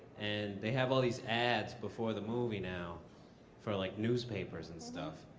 and they have all these ads before the movie now for like newspapers and stuff.